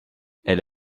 elle